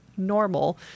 normal